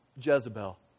Jezebel